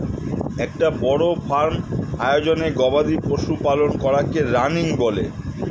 একটা বড় ফার্ম আয়োজনে গবাদি পশু পালন করাকে রানিং বলে